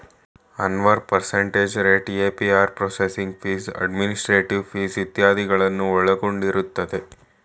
Anwar percentage rate, APR processing fees, administrative fees ಇತ್ಯಾದಿಗಳನ್ನು ಒಳಗೊಂಡಿರುತ್ತದೆ